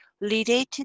related